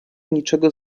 niczego